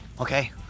Okay